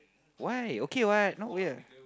why okay what not weird